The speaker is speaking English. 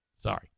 Sorry